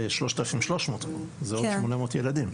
זה 3,300. זה עוד 800 ילדים.